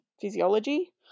physiology